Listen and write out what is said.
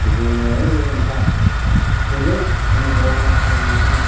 जोङो ओइ आमोखा फैलै अमुकाव ना सारहैनोसै